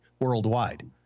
worldwide